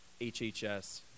HHS